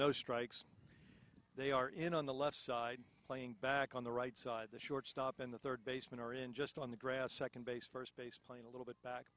no strikes they are in on the left side playing back on the right side the shortstop and the third baseman are in just on the grass second base first base play a little bit back